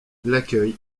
l’accueil